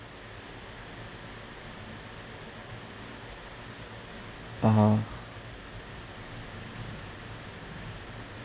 (uh huh)